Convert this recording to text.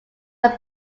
are